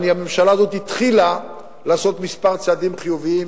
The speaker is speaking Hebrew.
והממשלה הזאת התחילה לעשות כמה צעדים חיוביים,